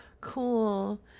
cool